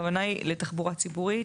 הכוונה היא לתחבורה ציבורית.